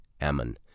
Ammon